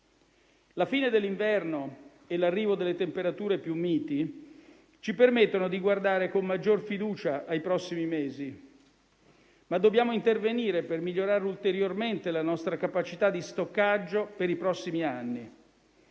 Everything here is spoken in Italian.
La fine dell'inverno e l'arrivo delle temperature più miti ci permettono di guardare con maggiore fiducia ai prossimi mesi, ma dobbiamo intervenire per migliorare ulteriormente la nostra capacità di stoccaggio per i prossimi anni.